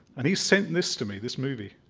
and he sent this to me, this movie,